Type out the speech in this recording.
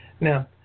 Now